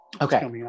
Okay